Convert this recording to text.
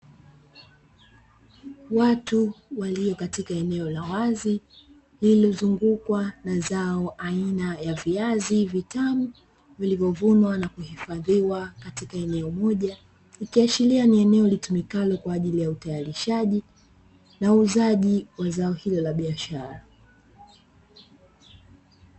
Watu walio katika eneo la wazi lililozungukwa na zao aina ya viazi vitamu vilivyovunwa na kuhifadhiwa katika eneo moja, ikiashiria ni eneo litumikalo kwa ajili ya utayarishaji na uuzaji wa zao la biashara.